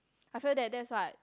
I feel that that's what